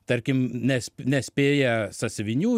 tarkim nes nespėja sąsiuvinių